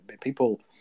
people